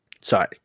sorry